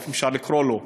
אם אפשר לקרוא לו כך,